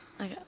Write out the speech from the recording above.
Okay